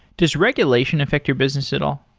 does regulation affect your business at all?